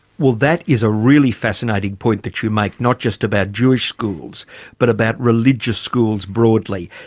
well that is a really fascinating point that you make, not just about jewish schools but about religious schools broadly.